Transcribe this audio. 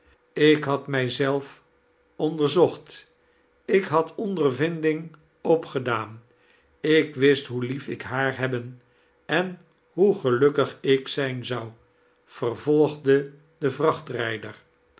ik had mij zelf onderzocht ik had ondervinding opgedaan ik wist hoe lief ik haar hebben en hoe gelukkig ik zijn zoa vervolgde de